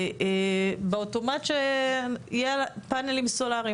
שבאוטומט יהיו עליו פאנלים סולריים,